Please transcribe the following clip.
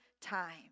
time